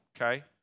okay